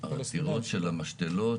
עתירות של המשתלות